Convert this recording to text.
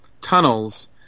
tunnels